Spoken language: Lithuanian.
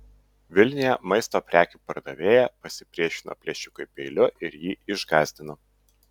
vilniuje maisto prekių pardavėja pasipriešino plėšikui peiliu ir jį išgąsdino